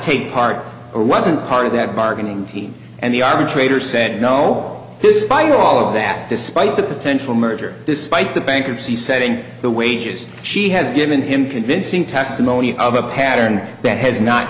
take part or wasn't part of that bargaining team and the arbitrator said no this is buying all of that despite the potential merger despite the bankruptcy setting the wages she has given him convincing testimony of a pattern that has not